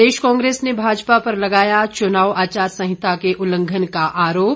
प्रदेश कांग्रेस ने भाजपा पर लगाया चुनाव आचार संहिता के उल्लंघन का आरोप